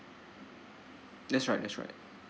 that's right that's right